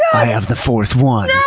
i have the fourth one!